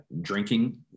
drinking